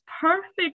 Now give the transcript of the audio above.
perfect